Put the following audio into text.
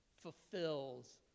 fulfills